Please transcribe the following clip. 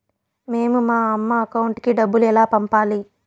మేము మా అమ్మ అకౌంట్ కి డబ్బులు ఎలా పంపాలి